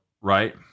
Right